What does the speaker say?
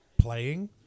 playing